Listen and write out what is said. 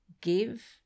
give